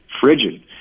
frigid